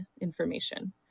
information